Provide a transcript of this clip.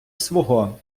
свого